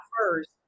first